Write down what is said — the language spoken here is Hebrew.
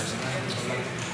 אדוני היושב-ראש,